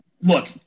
Look